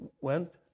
went